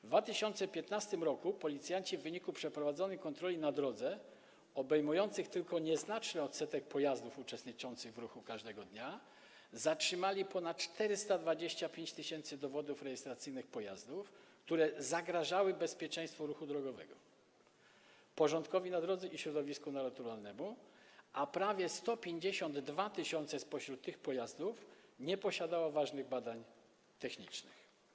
W 2015 r. policjanci w wyniku przeprowadzonych kontroli na drodze, obejmujących tylko nieznaczny odsetek pojazdów uczestniczących w ruchu każdego dnia, zatrzymali ponad 425 tys. dowodów rejestracyjnych pojazdów, które zagrażały bezpieczeństwu ruchu drogowego, porządkowi na drodze i środowisku naturalnemu, a prawie 152 tys. spośród tych pojazdów nie posiadało ważnych badań technicznych.